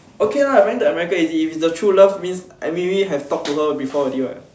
okay lah but then to America easy if it's the true love means maybe have talk to her before already [what]